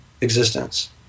existence